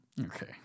Okay